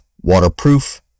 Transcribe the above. waterproof